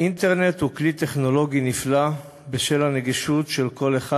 האינטרנט הוא כלי טכנולוגי נפלא בשל הנגישות שלו לכל אחד,